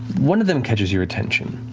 one of them catches your attention.